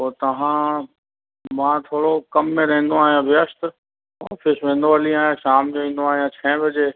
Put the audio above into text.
पोइ तव्हां मां थोरो कम में रहंदो आहियां व्यस्त ऑफ़िस वेंदो हली आहियां शाम जो ईंदो आहियां छहें बजे